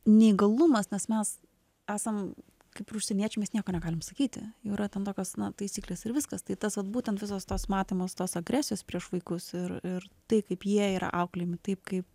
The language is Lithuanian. neįgalumas nes mes esam kaip ir užsieniečiai mes nieko negalim sakyti yra ten tokios na taisyklės ir viskas tai tas vat būtent visos tos matomos tos agresijos prieš vaikus ir ir tai kaip jie yra auklėjami taip kaip